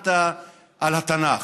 נשענת על התנ"ך,